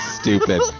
stupid